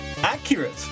accurate